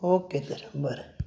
okay तर बरें